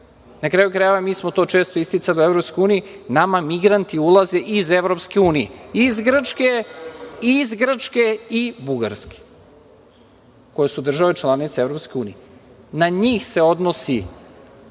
Na kraju krajeva, mi smo to često isticali u EU, nama migranti ulaze iz EU, iz Grčke i iz Bugarske koje su države članice EU. Na njih se odnosi,